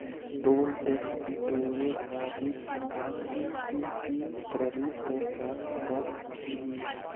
toll tax बिटोरे खातिर सरकार पीपीपी प्रारूप पर काम कर तीय